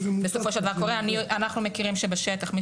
בסופו של דבר אנחנו מכירים שבשטח מי